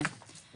כן.